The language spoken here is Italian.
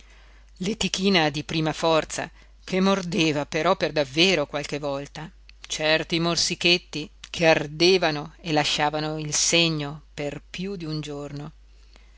letichina di prima forza che mordeva però per davvero qualche volta certi morsichetti che ardevano e lasciavano il segno per più d'un giorno